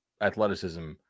athleticism